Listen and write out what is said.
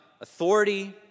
authority